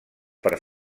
per